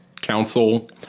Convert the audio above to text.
council